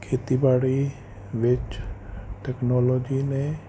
ਖੇਤੀਬਾੜੀ ਵਿੱਚ ਟੈਕਨੋਲੋਜੀ ਨੇ